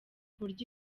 buryo